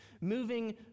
moving